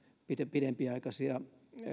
pidempiaikaisia